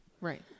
right